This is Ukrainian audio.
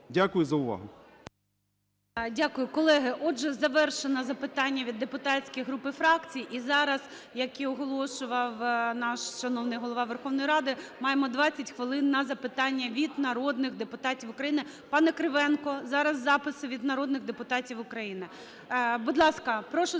Дякую за увагу.